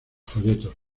folletos